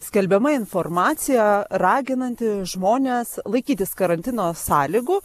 skelbiama informacija raginanti žmones laikytis karantino sąlygų